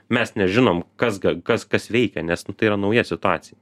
mes nežinom kas kas kas veikia nes tai yra nauja situacija